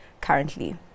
currently